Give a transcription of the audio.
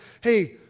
Hey